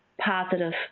positive